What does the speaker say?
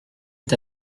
est